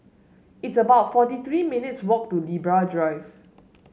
it's about forty three minutes' walk to Libra Drive